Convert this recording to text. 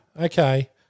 Okay